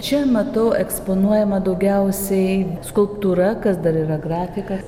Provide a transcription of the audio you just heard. čia matau eksponuojama daugiausiai skulptūra kas dar yra grafika